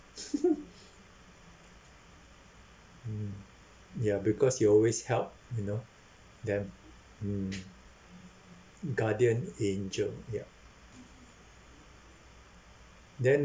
mm ya because you always help you know them mm guardian angel ya then